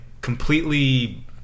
completely